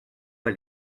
pas